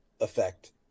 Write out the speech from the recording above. effect